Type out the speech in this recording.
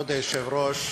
כבוד היושב-ראש,